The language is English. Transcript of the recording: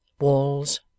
Walls